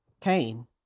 Cain